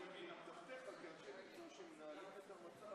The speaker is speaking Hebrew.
כך שבבוא היום איראן תוכל לזנק,